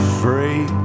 free